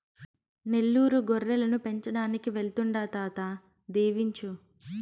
నెల్లూరు గొర్రెలు పెంచడానికి వెళ్తాండా తాత దీవించు